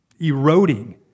eroding